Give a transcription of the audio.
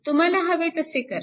तुम्हाला हवे तसे करा